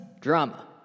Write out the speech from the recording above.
Drama